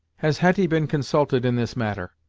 has hetty been consulted in this matter?